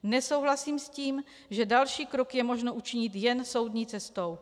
Nesouhlasím s tím, že další krok je možno učinit jen soudní cestou.